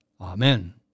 Amen